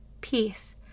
peace